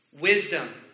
wisdom